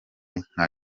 nka